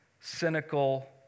cynical